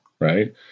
right